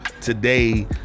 today